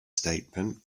statement